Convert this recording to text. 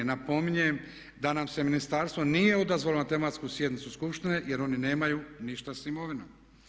Napominjem da nam se ministarstvo nije odazvalo na tematsku sjednicu skupštine jer oni nemaju ništa s imovinom.